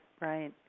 right